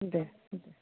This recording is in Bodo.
दे दे